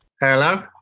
hello